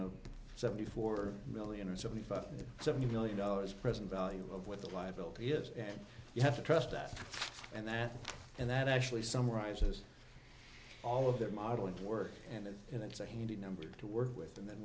of seventy four million or seventy five seventy million dollars present value of what the liability is and you have to trust that and that and that actually summarizes all of that model of work and it's a handy number to work with and then